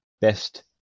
best